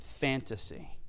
fantasy